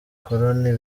abakoloni